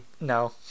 no